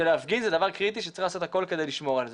שלהפגין זה דבר קריטי שצריך לעשות הכל כדי לשמור על זה.